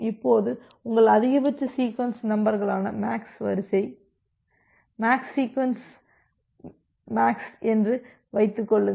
இப்போது உங்கள் அதிகபட்ச சீக்வென்ஸ் நம்பர்களான MAX வரிசை MAX SEQ MAX வரிசை என்று வைத்துக் கொள்ளுங்கள்